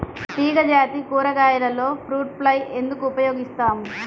తీగజాతి కూరగాయలలో fruit fly ఎందుకు ఉపయోగిస్తాము?